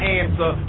answer